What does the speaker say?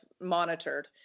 monitored